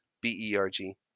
b-e-r-g